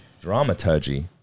Dramaturgy